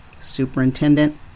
Superintendent